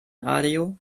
radio